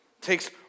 takes